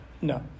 no